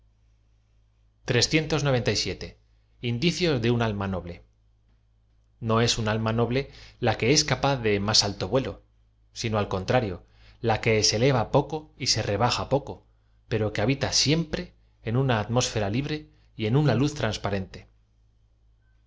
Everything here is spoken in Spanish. indicios de un alma nohle no es un alma noble la que es capaz de más alto vuelo sino al contrario la que se eleva poco y se re baja pdco pero que habita siempre en una atmósfera libre y en una luz transparente